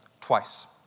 twice